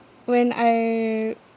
when I